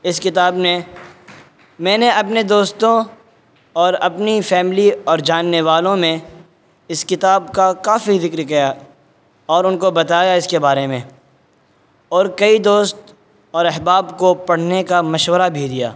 اس کتاب نے میں نے اپنے دوستوں اور اپنی فیملی اور جاننے والوں میں اس کتاب کا کافی ذکر کیا اور ان کو بتایا اس کے بارے میں اور کئی دوست اور احباب کو پڑھنے کا مشورہ بھی دیا